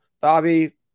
Bobby